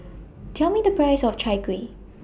Tell Me The Price of Chai Kueh